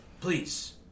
please